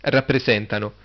Rappresentano